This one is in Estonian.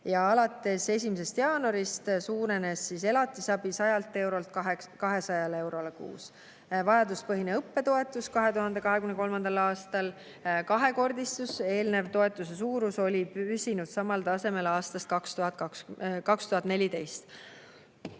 Alates 1. jaanuarist suurenes elatisabi 100 eurolt 200 euroni kuus. Vajaduspõhine õppetoetus 2023. aastal kahekordistus. Eelnevalt oli toetuse suurus püsinud samal tasemel aastast 2014.